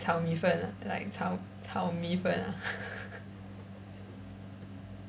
炒米粉啊 like 炒炒米粉啊